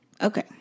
Okay